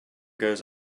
goes